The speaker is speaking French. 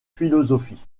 philosophie